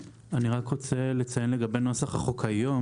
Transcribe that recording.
אני רק רוצה לציין לגבי נוסח החוק היום,